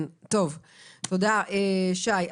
תודה שי.